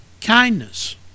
kindness